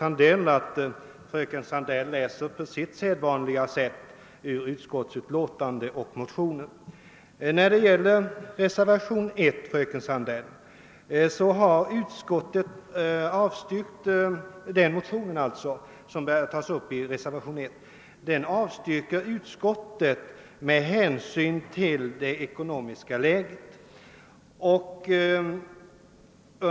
Ja, fröken Sandell läser på sitt sedvanliga sätt i utskottsutlåtande och motioner. De motioner som reservationen 1 stöder — I: 1154, II: 1354 — avstyrker utskottet med hänsyn till det ekonomiska läget.